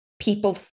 people